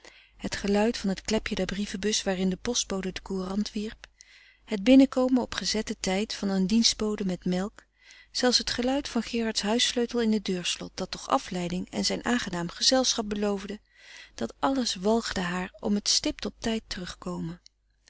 het geluid van het klepje der brievenbus waarin de postbode de courant wierp het binnenkomen op gezetten tijd van een dienstbode met melk zelfs het geluid van gerards huissleutel in het deurslot dat toch afleiding en zijn aangenaam gezelschap beloofde dat alles walgde haar om het stipt op tijd terugkomen